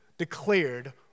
declared